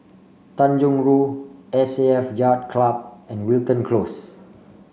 Tanjong Rhu S A F Yacht Club and Wilton Close